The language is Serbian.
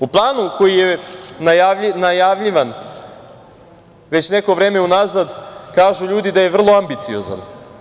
U planu koji je najavljivan već neko vreme unazad, kažu ljudi da je vrlo ambiciozan.